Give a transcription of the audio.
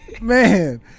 man